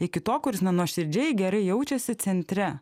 iki to kuris nuoširdžiai gerai jaučiasi centre